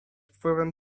wpływem